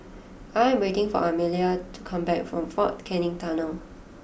I am waiting for Amalia to come back from Fort Canning Tunnel